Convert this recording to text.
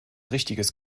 richtiges